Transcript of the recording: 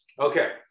Okay